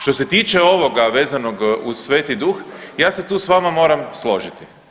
Što se tiče ovoga vezanog uz Sveti Duh ja se tu s vama moram složiti.